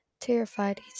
Terrified